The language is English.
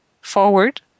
forward